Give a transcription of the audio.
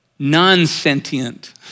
non-sentient